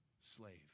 slave